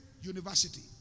university